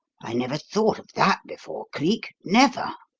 i never thought of that before, cleek never.